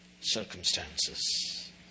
circumstances